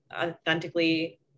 authentically